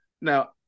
Now